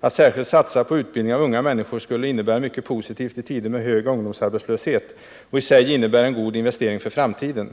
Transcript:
Att särskilt satsa på utbildning av unga människor skulle innebära mycket positivt i tider med hög ungdomsarbetslöshet och i sig innebära en god investering för framtiden.